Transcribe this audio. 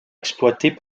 exploitée